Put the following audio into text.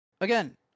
again